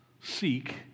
seek